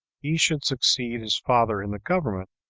he should succeed his father in the government,